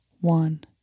one